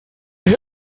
eine